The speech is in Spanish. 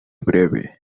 breve